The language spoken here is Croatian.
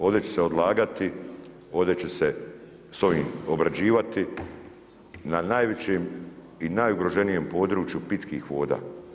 Ovdje će se odlagati, ovdje će se sa ovim obrađivati na najvećem i najugroženijem području pitkih voda.